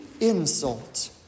insult